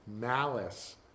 Malice